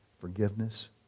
forgiveness